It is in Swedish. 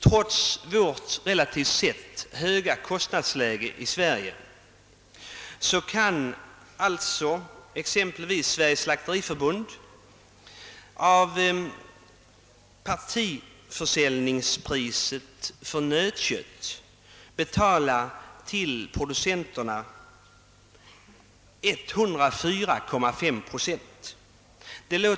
Trots det relativt sett höga kostnadsläget i Sverige kan exempelvis Sveriges slakteriförbund av partiförsäljningspriset för nötkött betala 104,5 procent till producenterna.